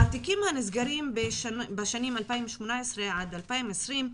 התיקים הנסגרים בשנים 2018 עד 2020,